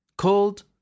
called